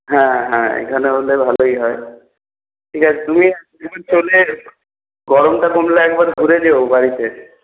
হ্যাঁ হ্যাঁ এখানে হলে ভালই হয় ঠিক আছে তুমি চলে এসো গরমটা কমলে একবার ঘুরে যেও বাড়িতে